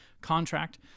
contract